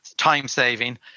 time-saving